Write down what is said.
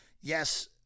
Yes